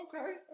Okay